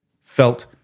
felt